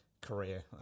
career